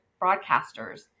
broadcasters